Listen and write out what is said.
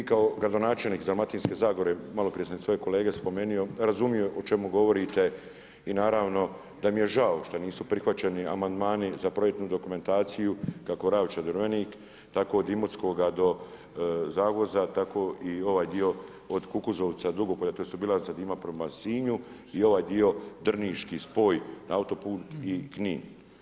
Vi kao gradonačelnik Dalmatinske zagore, malo sam prije sam svoje kolege spomrenuo, razumiju o čemu govorite i naravno da mi je žao šta nisu prihvaćeni amandmani za projektnu dokumentaciju kako Ravča-Drvenik tako od Imotskoga do Zagvozda tako i ovaj dio od Kukuzovca-Dugopolja to su bila … prema Sinju i ovaj dio drniški spoj na autoput i Knin.